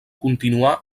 continuà